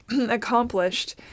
accomplished